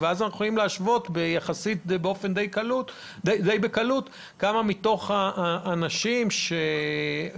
ואז אנחנו יכולים להשוות די בקלות כמה מתוך האנשים שהורידו